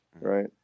right